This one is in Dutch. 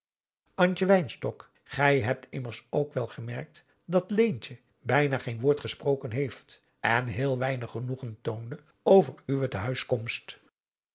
gij hebt immers ook wel gemerkt dat leentje bijna geen woord gesproken adriaan loosjes pzn het leven van johannes wouter blommesteyn heeft en heel weinig genoegen toonde over uwe